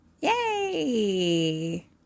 Yay